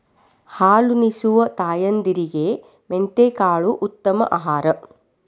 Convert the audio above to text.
ಹಾಲುನಿಸುವ ತಾಯಂದಿರಿಗೆ ಮೆಂತೆಕಾಳು ಉತ್ತಮ ಆಹಾರ